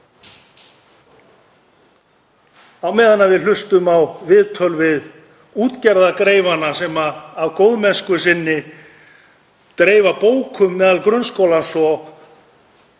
á meðan við hlustum á viðtöl við útgerðargreifana sem af góðmennsku sinni dreifa bókum í grunnskólum og